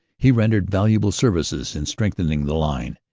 he rendered valuable services in strengthening the line,